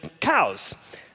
cows